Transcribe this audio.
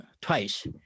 twice